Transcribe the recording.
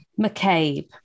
McCabe